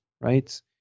right